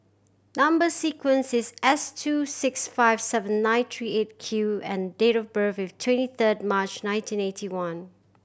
number sequence is S two six five seven nine three Eight Q and date of birth is twenty third March nineteen eighty one